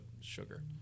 sugar